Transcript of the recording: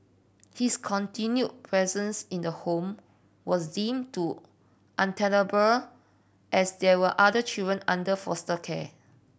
his continued presence in the home was deemed to untenable as there were other children under foster care